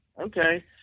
Okay